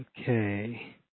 Okay